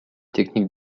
techniques